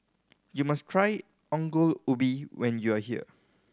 you must try Ongol Ubi when you are here